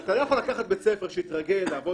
אתה לא יכול לקחת בית ספר שהתרגל לעבוד